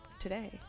today